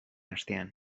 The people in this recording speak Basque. astean